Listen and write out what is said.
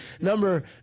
Number